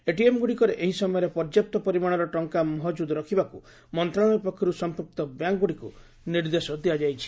ଏଟିଏମ୍ଗୁଡ଼ିକରେ ଏହି ସମୟରେ ପର୍ଯ୍ୟାପ୍ତ ପରିମାଣର ଟଙ୍କା ମହକୁଦ୍ ରଖିବାକୁ ମନ୍ତ୍ରଣାଳୟ ପକ୍ଷରୁ ସମ୍ପୁକ୍ତ ବ୍ୟାଙ୍କ୍ଗୁଡ଼ିକୁ ନିର୍ଦ୍ଦେଶ ଦିଆଯାଇଛି